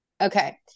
Okay